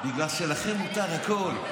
בגלל שלכם מותר הכול.